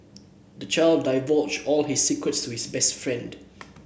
the child divulged all his secrets to his best friend